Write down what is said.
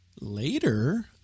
later